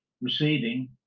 receding